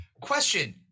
Question